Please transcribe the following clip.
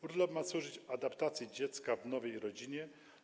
Urlop ma służyć adaptacji dziecka w nowej rodzinie.